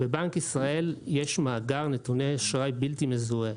בבנק ישראל יש מאגר נתוני אשראי בלתי מזוהה,